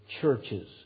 churches